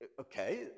okay